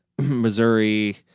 Missouri